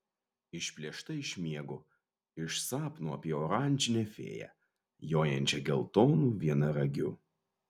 išplėšta iš miego iš sapno apie oranžinę fėją jojančią geltonu vienaragiu